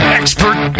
expert